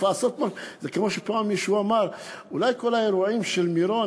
זה כמו שפעם מישהו אמר: אולי כל האירועים של מירון,